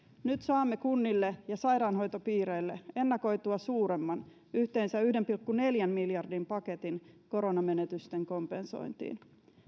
nyt saamme kunnille ja sairaanhoitopiireille ennakoitua suuremman yhteensä yhden pilkku neljän miljardin euron paketin koronamenetysten kompensointiin